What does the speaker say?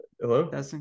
Hello